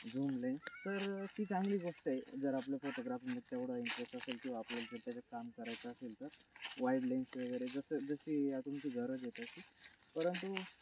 zoom lens तर ती चांगली गोष्ट आहे जर आपल्या फोटोग्राफीमध्ये तेवढा इंटरेस्ट असेल किंवा आपल्याला जर त्याचं काम करायचं असेल तर वाईड लेन्स वगैरे जसं जशी या तुमची गरज आहे त्याची परंतु